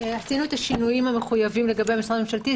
עשינו את השינויים המחויבים לגבי משרד ממשלתי.